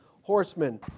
horsemen